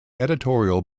editorial